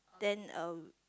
then uh